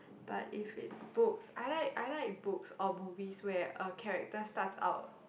but if it's books I like I like books or movies where a character starts out